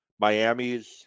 Miami's